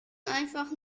einfach